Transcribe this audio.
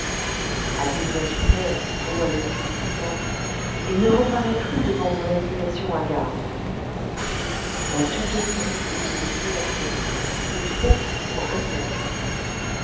abîme toi sous terre ô anonyme stygmate et ne reparais plus devant mon indignation hagarde ma subjectivité et le créateur c'est trop pour un cerveau